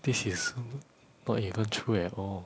this is not even true at all